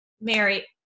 Mary